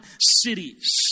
cities